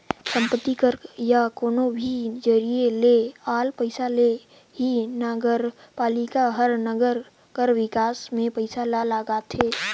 संपत्ति कर या कोनो भी जरिए ले आल पइसा ले ही नगरपालिका हर नंगर कर बिकास में पइसा ल लगाथे